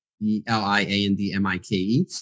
E-L-I-A-N-D-M-I-K-E